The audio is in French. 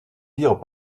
dire